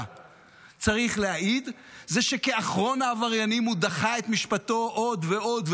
צריך להעיד זה שכאחרון העבריינים הוא דחה את משפטו עוד ועוד,